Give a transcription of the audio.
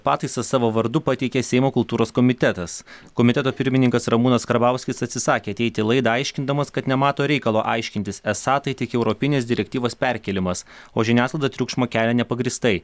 pataisas savo vardu pateikė seimo kultūros komitetas komiteto pirmininkas ramūnas karbauskis atsisakė ateiti į laidą aiškindamas kad nemato reikalo aiškintis esą tai tik europinės direktyvos perkėlimas o žiniasklaida triukšmą kelia nepagrįstai